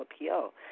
appeal